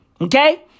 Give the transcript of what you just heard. Okay